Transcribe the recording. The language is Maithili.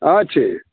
अच्छा